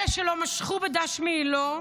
אלו שלא משכו בדש מעילו,